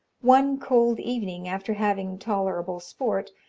one cold evening, after having tolerable sport,